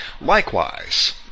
likewise